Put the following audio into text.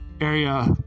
area